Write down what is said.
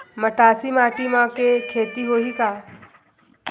मटासी माटी म के खेती होही का?